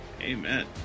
Amen